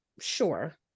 sure